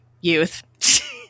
Youth